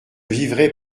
vivrai